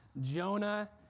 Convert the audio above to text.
Jonah